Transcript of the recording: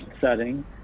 setting